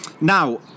Now